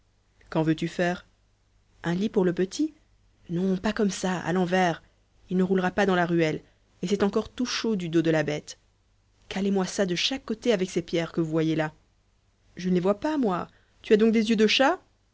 qu'en veux-tu faire un lit pour le petit non pas comme ça à l'envers il ne roulera pas dans la ruelle et c'est encore tout chaud du dos de la bête calez moi ça de chaque côté avec ces pierres que vous voyez là je ne les vois pas moi tu as donc des yeux de chat